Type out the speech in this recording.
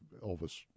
Elvis